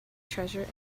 treasure